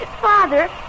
Father